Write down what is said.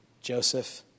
Joseph